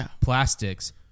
plastics